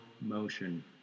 motion